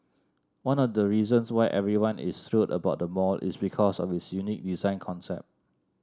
one of the reasons why everyone is thrilled about the mall is because of its unique design concept